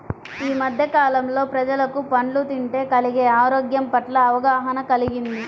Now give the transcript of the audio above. యీ మద్దె కాలంలో ప్రజలకు పండ్లు తింటే కలిగే ఆరోగ్యం పట్ల అవగాహన కల్గింది